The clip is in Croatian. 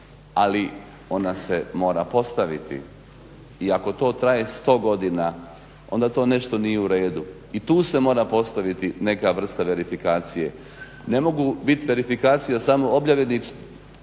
ali ona se mora postaviti. I ako to traje 100 godina onda to nešto nije u redu i tu se mora postaviti neka vrsta verifikacije. Ne mogu bit verifikacija samo objavljeni